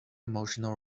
emotional